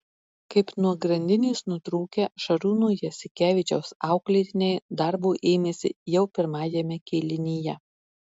kaip nuo grandinės nutrūkę šarūno jasikevičiaus auklėtiniai darbo ėmėsi jau pirmajame kėlinyje